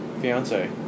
fiance